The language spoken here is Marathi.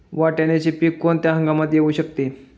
वाटाण्याचे पीक कोणत्या हंगामात येऊ शकते?